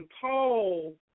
Paul